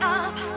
up